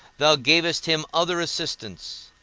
thou gavest him other assistants.